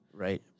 Right